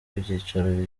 ibyicaro